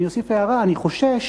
אני אוסיף הערה: אני חושש